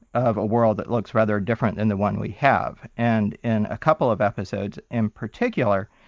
of a world that looks rather different than the one we have, and in a couple of episodes in particular,